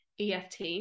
EFT